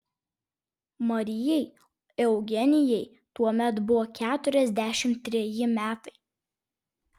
marijai eugenijai tuomet buvo keturiasdešimt treji metai